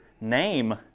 name